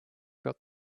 got